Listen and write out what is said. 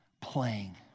playing